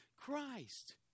Christ